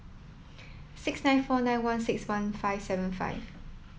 six nine four nine one six one five seven five